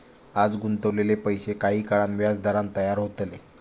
आज गुंतवलेले पैशे काही काळान व्याजदरान तयार होतले